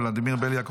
ולדימיר בליאק,